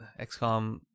XCOM